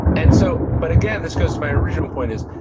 and so but again, this goes to my original point is,